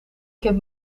kent